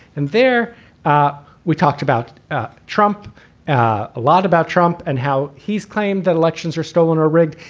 and there ah we talked about trump a lot about trump and how he's claimed that elections are stolen or rigged.